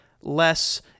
less